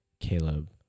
Caleb